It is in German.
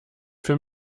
für